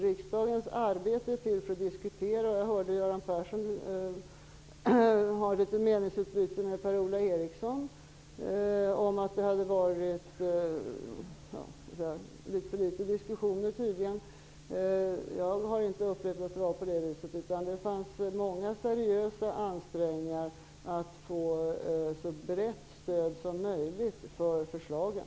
Riksdagens arbete är ändå till för att vi skall kunna diskutera frågorna. Jag hörde ett meningsutbyte mellan Göran Persson och Per-Ola Eriksson om att det tydligen hade förekommit litet för litet diskussioner. Jag har inte upplevt det så, utan det gjordes många seriösa ansträngningar att få ett så brett stöd som möjligt för förslagen.